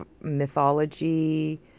mythology